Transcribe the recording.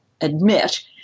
admit